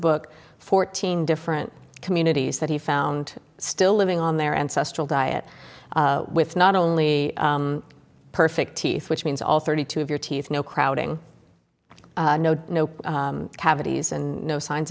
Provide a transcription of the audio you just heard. book fourteen different communities that he found still living on their ancestral diet with not only perfect teeth which means all thirty two of your teeth no crowding no cavities and no signs